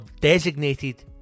designated